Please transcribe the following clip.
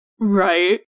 Right